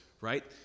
right